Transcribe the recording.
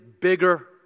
bigger